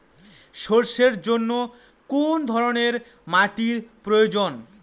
সরষের জন্য কোন ধরনের মাটির প্রয়োজন?